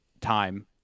time